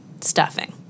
stuffing